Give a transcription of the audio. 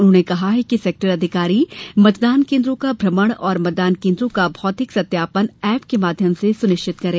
उन्होंने कहा कि सेक्टर अधिकारी मतदान केन्द्रों का भ्रमण और मतदान केन्द्रों का भौतिक सत्यापन एप के माध्यम से सुनिश्चित करें